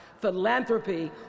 philanthropy